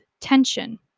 tension